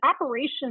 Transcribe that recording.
operations